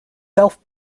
self